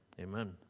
amen